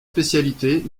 spécialités